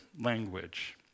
language